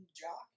jock